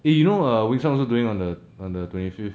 eh you know err winston also doing on the on the twenty fifth